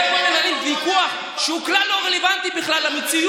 אתם פה מנהלים ויכוח שהוא כלל לא רלוונטי למציאות.